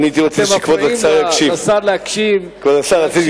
אתם מפריעים לשר להקשיב לדבריו של חבר הכנסת יעקב כץ.